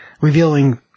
revealing